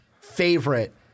favorite